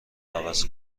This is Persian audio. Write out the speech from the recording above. عوض